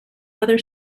other